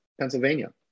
Pennsylvania